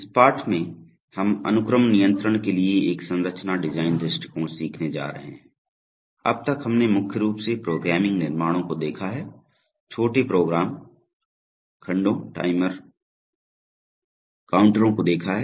इस पाठ में हम अनुक्रम नियंत्रण के लिए एक संरचना डिजाइन दृष्टिकोण सीखने जा रहे हैं अब तक हमने मुख्य रूप से प्रोग्रामिंग निर्माणों को देखा है छोटे प्रोग्राम खंडों टाइमर काउंटरों को देखा है